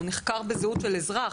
הוא נחקר בזהות של אזרח.